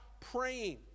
praying